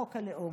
חוק הלאום.